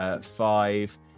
five